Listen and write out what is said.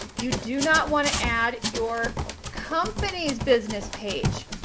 you do not want to add your company's business page.